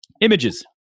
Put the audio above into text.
images